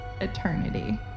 eternity